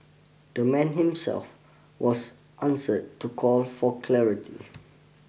the man himself was answered to call for clarity